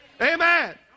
Amen